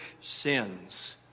sins